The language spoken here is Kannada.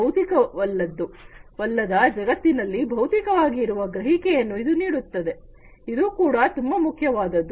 ಭೌತಿಕವಲ್ಲದ ಜಗತ್ತಿನಲ್ಲಿ ಭೌತಿಕವಾಗಿ ಇರುವ ಗ್ರಹಿಕೆಯನ್ನು ಇದು ನೀಡುತ್ತದೆ ಇದು ಕೂಡ ತುಂಬಾ ಮುಖ್ಯವಾದದ್ದು